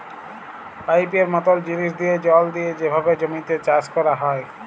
পাইপের মতল জিলিস দিঁয়ে জল দিঁয়ে যেভাবে জমিতে চাষ ক্যরা হ্যয়